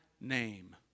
name